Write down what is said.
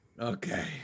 Okay